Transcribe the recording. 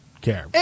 care